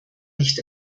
nicht